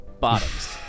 Bottoms